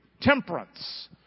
temperance